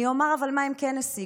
אני אגיד לכם מה הם השיגו: